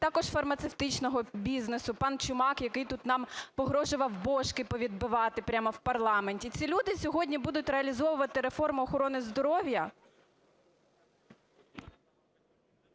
також фармацевтичного бізнесу – пан Чумак, який тут нам погрожував "божки" повідбивати прямо в парламенті. Ці люди сьогодні будуть реалізовувати реформу охорони здоров'я?